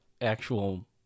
actual